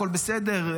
הכול בסדר,